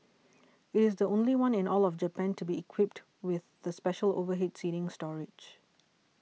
it is the only one in all of Japan to be equipped with the special overhead seating storage